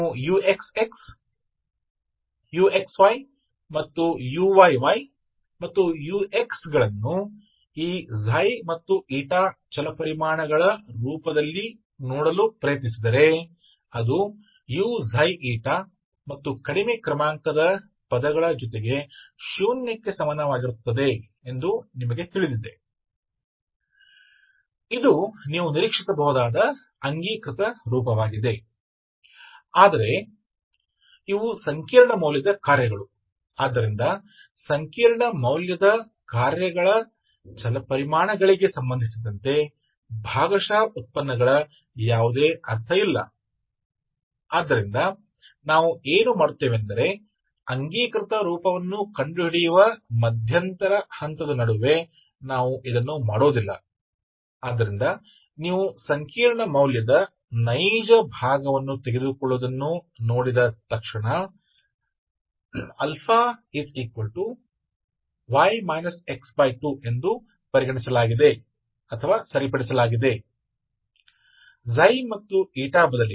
यही वह है जो हो जाएगा यह कैनॉनिकल रूप है जिसकी आप अपेक्षा कर सकते हैं कैनॉनिकल रूप जिसकी आप उम्मीद कर सकते हैं लेकिन फिर ये जटिल मूल्यवान कार्य हैं इसलिए जटिल मूल्यवान फ़ंक्शनस चर चर के संबंध में पार्शियल डेरिवेटिव का कोई अर्थ नहीं है जटिल हैं इसका कोई अर्थ नहीं है ठीक है तो हम क्या करते हैं कि हम इसे कैनॉनिकल रूप खोजने के मध्यवर्ती चरण के बीच में नहीं करते हैं इसलिए तुरंत एक बार जब आप देखते हैं कि परिसर आप वास्तविक भाग लेते हैं तो αy x2